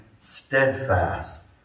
steadfast